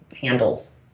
handles